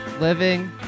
living